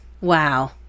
Wow